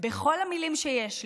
בכל המילים שיש לי,